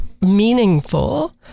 meaningful